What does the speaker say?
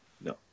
no